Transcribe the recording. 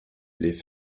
les